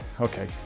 Okay